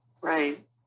right